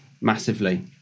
massively